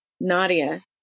Nadia